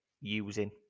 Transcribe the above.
using